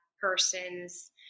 person's